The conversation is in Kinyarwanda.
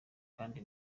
kandi